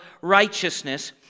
righteousness